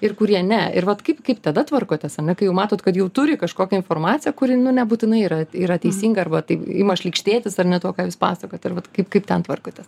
ir kurie ne ir vat kaip kaip tada tvarkotės a ne kai jau matot kad jau turi kažkokią informaciją kuri nu nebūtinai yra yra teisinga arba tai ima šlykštėtis ar ne tuo ką jūs pasakojat ar vat kaip kaip ten tvarkotės